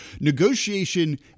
negotiation –